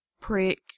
prick